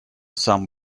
сам